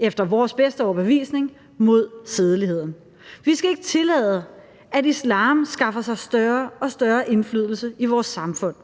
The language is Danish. efter vores bedste overbevisning mod sædeligheden. Vi skal ikke tillade, at islam skaffer sig større og større indflydelse i vores samfund.